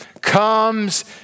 comes